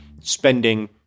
spending